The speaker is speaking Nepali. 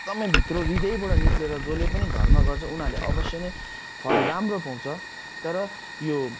एकदमै भित्र हृदयबाट निस्केर जसले पनि धर्म गर्छ उनीहरूले अवश्य नै फल राम्रो पाउँछ तर यो